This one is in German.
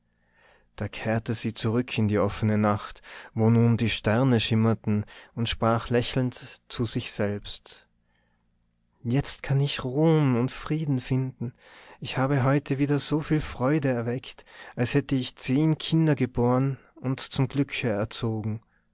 da kehrte sie zurück in die offene nacht wo nun die sterne schimmerten und sprach lächelnd zu sich selbst jetzt kann ich ruhen und frieden finden ich habe heute wieder so viele freude erweckt als hätte ich zehn kinder geboren und zum glücke erzogen